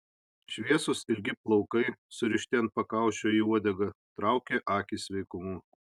šviesūs ilgi plaukai surišti ant pakaušio į uodegą traukė akį sveikumu